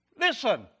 listen